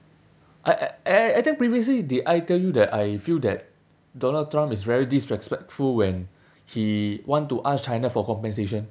I I I I think previously did I tell you that I feel that donald trump is very disrespectful when he want to ask china for compensation